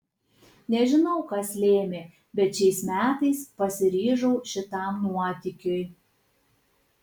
nežinau kas lėmė bet šiais metais pasiryžau šitam nuotykiui